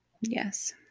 yes